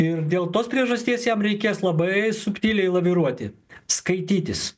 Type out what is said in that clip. ir dėl tos priežasties jam reikės labai subtiliai laviruoti skaitytis